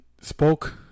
spoke